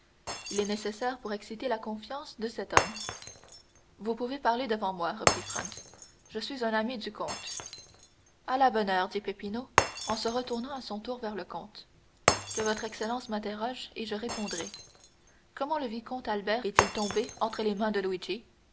il est nécessaire pour exciter la confiance de cet homme vous pouvez parler devant moi reprit franz je suis un ami du comte à la bonne heure dit peppino en se retournant à son tour vers le comte que votre excellence m'interroge et je répondrai comment le vicomte albert est-il tombé entre les mains de